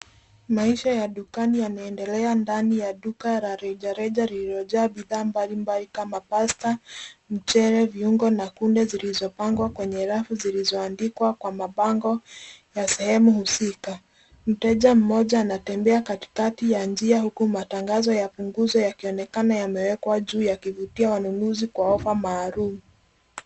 Maisha ya dukani yanaendelea ndani ya duka la rejareja lililojaa bidhaa mbalimbali kama pasta ,mchele, viungo na kunde zilizopangwa kwenye rafu zilizoandikwa kwa mabango ya sehemu husika. Mteja mmoja anatembea katikati ya njia huku matangazo ya mapunguzo yakionekana yamewekwa juu yakivutia wanunuzi kwa ofa maalum.